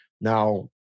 Now